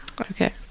okay